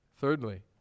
Thirdly